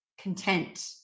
content